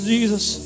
Jesus